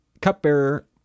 cupbearer